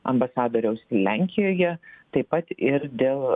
ambasadoriaus lenkijoje taip pat ir dėl